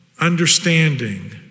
understanding